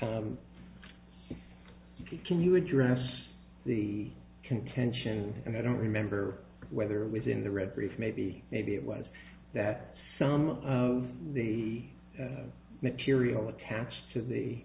you can you address the contention and i don't remember whether it was in the red briefs maybe maybe it was that some of the material attached to the